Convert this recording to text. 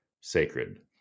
sacred